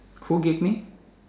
who give me